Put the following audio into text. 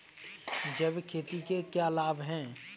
जैविक खेती के क्या लाभ हैं?